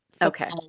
Okay